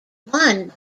won